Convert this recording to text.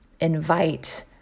invite